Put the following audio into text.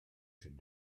should